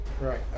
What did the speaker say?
Right